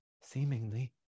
seemingly